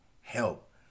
help